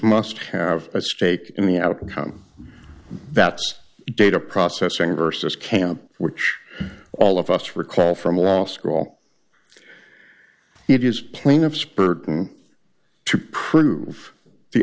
must have a stake in the outcome that's data processing versus camp which all of us recall from law school it is plaintiff's purton to prove the